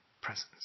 presence